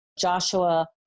Joshua